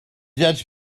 judge